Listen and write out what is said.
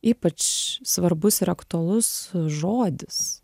ypač svarbus ir aktualus žodis